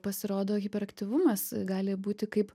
pasirodo hiperaktyvumas gali būti kaip